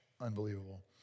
unbelievable